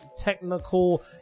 technical